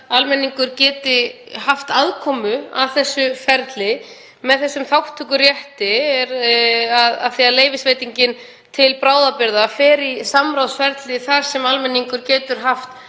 almenningur geti haft aðkomu að þessu ferli með þessum þátttökurétti af því að leyfisveitingin til bráðabirgða fer í samráðsferli þar sem almenningur getur haft